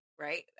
right